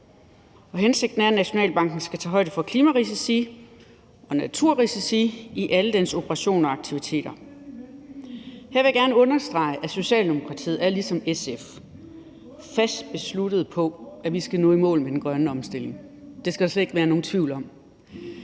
hensigten er, at Nationalbanken skal tage højde for klimarisici og naturrisici i alle dens operationer og aktiviteter. Her vil jeg gerne understrege, at Socialdemokratiet ligesom SF er fast besluttet på, at vi skal nå i mål med den grønne omstilling – det skal der slet ikke være nogen tvivl om